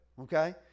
Okay